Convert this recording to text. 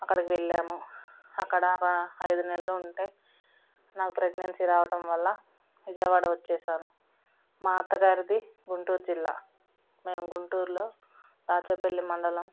అక్కడికి వెళ్ళాము అక్కడ ఒక ఐదు నెలలు ఉంటే నాకు ప్రెగ్నెన్సీ రావటం వల్ల విజయవాడ వచ్చేసాను మా అత్తగారిది గుంటూరు జిల్లా మేము గుంటూరులో దాచేపల్లి మండలం